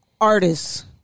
Artists